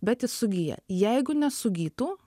bet jis sugyja jeigu ne sugytų